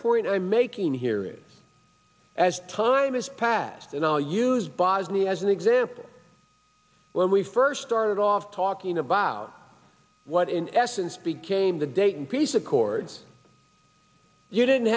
point i'm making here is as time has passed and i'll use bosnia as an example when we first started off talking about what in essence became the dayton peace accords you didn't